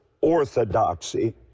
orthodoxy